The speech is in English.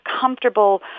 comfortable